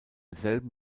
selben